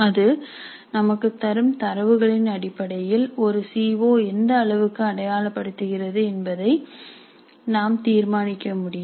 அது நமக்குத் தரும் தரவுகளின் அடிப்படையில் ஒரு சி ஓ எந்த அளவிற்கு அடையப்படுகிறது என்பதை நாம் தீர்மானிக்க முடியும்